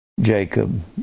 Jacob